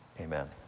Amen